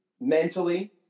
mentally